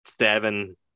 seven